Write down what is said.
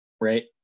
right